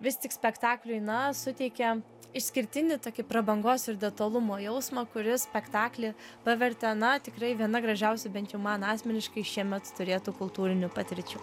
vis tik spektakliui na suteikia išskirtinį tokį prabangos ir detalumo jausmą kuris spektaklį pavertė na tikrai viena gražiausių bent jau man asmeniškai šiemet turėtų kultūrinių patirčių